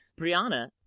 Brianna